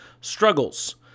struggles